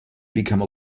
become